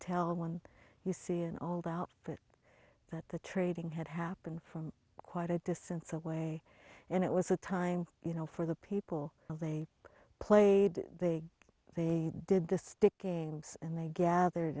tell when you see an old outfit that the trading had happened from quite a distance away and it was a time you know for the people they played they did the stick games and they gathered